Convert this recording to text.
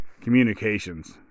Communications